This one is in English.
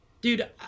dude